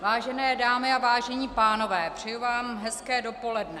Vážené dámy a vážení pánové, přeju vám hezké dopoledne.